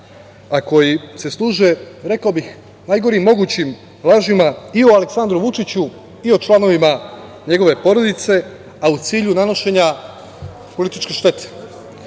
a koji se služe, rekao bih, najgorim mogućim lažima i o Aleksandru Vučiću i o članovima njegove porodice, a u cilju nanošenja političke